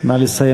נא לסיים,